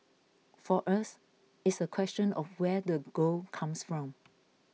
for us it's a question of where the gold comes from